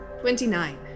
Twenty-nine